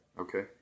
Okay